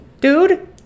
dude